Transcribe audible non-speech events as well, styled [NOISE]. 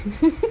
[LAUGHS]